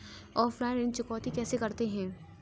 Offline ऋण चुकौती कैसे करते हैं?